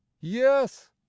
Yes